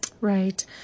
Right